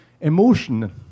emotion